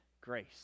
Grace